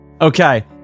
Okay